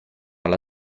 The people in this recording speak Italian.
alla